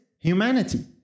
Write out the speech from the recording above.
Humanity